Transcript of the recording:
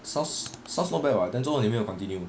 source source not bad [what] then 做么你没有 continue